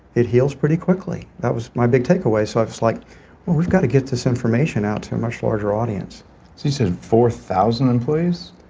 it heals pretty quickly. that was my big take away. so i was like we've got to get this information out to a much larger audience. you've sent four thousand employees?